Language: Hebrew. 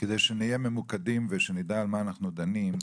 כדי שנהיה ממוקדים ושנדע על מה אנחנו דנים,